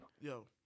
Yo